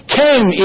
came